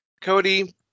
Cody